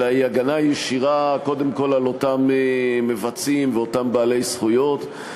אלא היא הגנה ישירה קודם כול על אותם מבצעים ואותם בעלי זכויות,